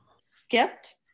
skipped